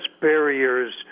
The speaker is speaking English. barriers